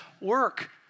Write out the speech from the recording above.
work